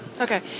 okay